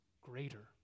greater